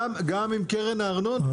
גם עם קרן הארנונה,